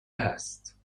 هست